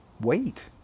wait